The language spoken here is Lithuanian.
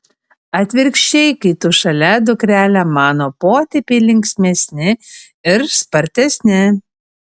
atvirkščiai kai tu šalia dukrele mano potėpiai linksmesni ir spartesni